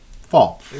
fall